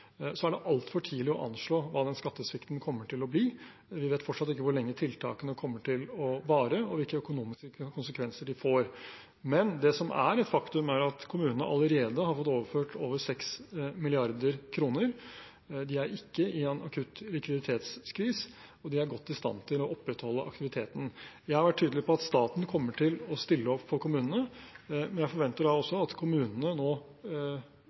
er altfor tidlig å anslå hva den skattesvikten kommer til å bli. Vi vet fortsatt ikke hvor lenge tiltakene kommer til å vare, og hvilke økonomiske konsekvenser de får. Men det som er et faktum, er at kommunene allerede har fått overført over 6 mrd. kr. De er ikke i en akutt likviditetsskvis, og de er godt i stand til å opprettholde aktiviteten. Jeg har vært tydelig på at staten kommer til å stille opp for kommunene, men jeg forventer da også at kommunene nå